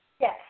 Yes